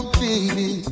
baby